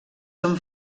són